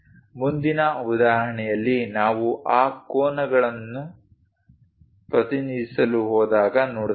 ಮುಂದಿನ ಉದಾಹರಣೆಯಲ್ಲಿ ನಾವು ಆ ಕೋನಗಳನ್ನು ಪ್ರತಿನಿಧಿಸಲು ಹೋದಾಗ ನೋಡುತ್ತೇವೆ